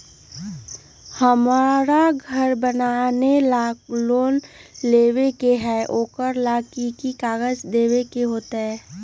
हमरा घर बनाबे ला लोन लेबे के है, ओकरा ला कि कि काग़ज देबे के होयत?